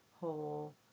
whole